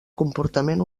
comportament